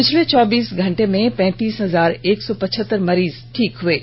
पिछले चौबीस घंटे में पैंतीस हजार एक सौ पचहत्तर मरीज ठीक हुए हैं